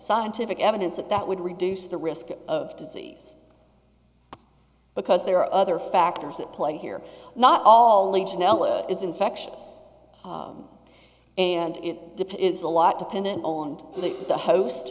scientific evidence that that would reduce the risk of disease because there are other factors at play here not all legionella is infectious and it depends a lot dependant on the host